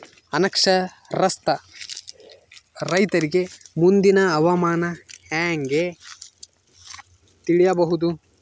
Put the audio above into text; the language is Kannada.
ಅನಕ್ಷರಸ್ಥ ರೈತರಿಗೆ ಮುಂದಿನ ಹವಾಮಾನ ಹೆಂಗೆ ತಿಳಿಯಬಹುದು?